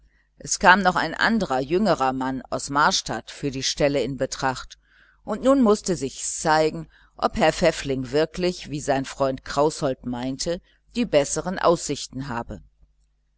es kam noch ein anderer jüngerer mann aus marstadt für die stelle in betracht und nun mußte sich's zeigen ob herr pfäffling wirklich wie sein freund kraußold meinte die besseren aussichten habe